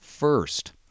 First